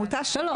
לא.